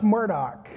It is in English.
Murdoch